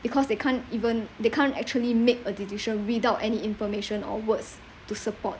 because they can't even they can't actually make a decision without any information or words to support